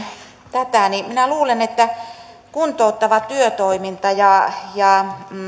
tätä niin minä luulen että kuntouttava työtoiminta ja ja